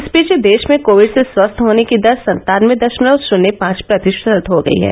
इस बीच देश में कोविड से स्वस्थ होने की दर सत्तानबे दशमलव शून्य पांच प्रतिशत हो गई है